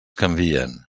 canvien